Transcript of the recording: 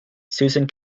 susan